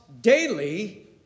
daily